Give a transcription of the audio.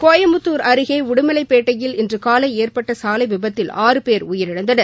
கோயம்புத்தூர் அருகே உடுமலைபேட்டையில் இன்று காலை ஏற்பட்ட சாலைவிபத்தில் ஆறு பேர் உயிரிழந்தனர்